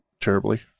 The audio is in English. terribly